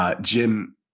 Jim